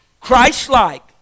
Christ-like